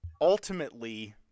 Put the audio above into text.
ultimately